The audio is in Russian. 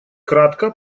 кратко